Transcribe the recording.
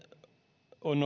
on